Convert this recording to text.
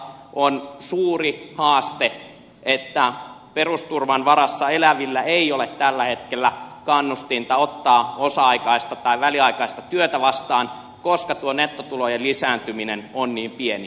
on suuri haaste että perusturvan varassa elävillä ei ole tällä hetkellä kannustinta ottaa osa aikaista tai väliaikaista työtä vastaan koska tuo nettotulojen lisääntyminen on niin pieni